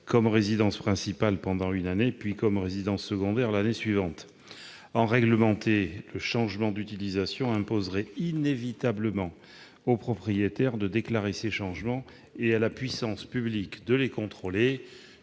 comme résidence principale pendant une année puis comme résidence secondaire l'année suivante. En réglementer le changement d'utilisation imposerait inévitablement au propriétaire de déclarer ces changements et à la puissance publique de les contrôler.